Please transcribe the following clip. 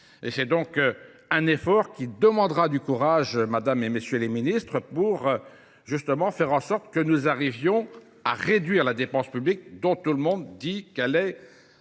Et c'est donc un effort qui demandera du courage, madame et messieurs les ministres, pour justement faire en sorte que nous arrivions à réduire la dépense publique dont tout le monde dit qu'elle est